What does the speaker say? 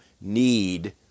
need